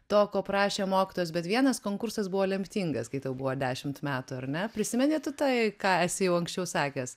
to ko prašė mokytojas bet vienas konkursas buvo lemtingas kai tau buvo dešimt metų ar ne prisimeni tu tai ką esi jau anksčiau sakęs